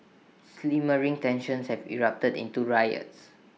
simmering tensions have erupted into riots